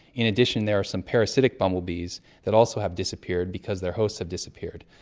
in addition there are some parasitic bumblebees that also have disappeared because their hosts have disappeared.